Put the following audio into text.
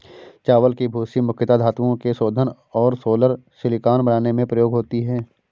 चावल की भूसी मुख्यता धातुओं के शोधन और सोलर सिलिकॉन बनाने में प्रयोग होती है